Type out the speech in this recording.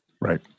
Right